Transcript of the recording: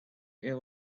eat